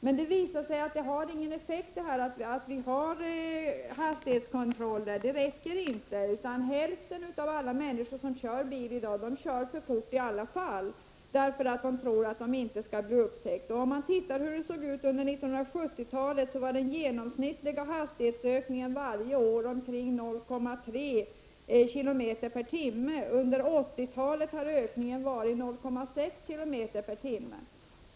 Men det har visat sig att hastighetskontroller inte har någon effekt. Hälften av alla som kör bil i dag kör för fort i alla fall, därför att de tror att de inte skall bli upptäckta. Under 70-talet var den genomsnittliga hastighetsökningen varje år omkring 0,3 kilometer per timme. Under 80-talet har ökningen varit 0,6 kilometer per timme.